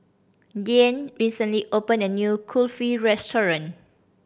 Deeann recently opened a new Kulfi restaurant